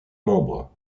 membres